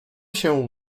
się